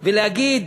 ולהגיד: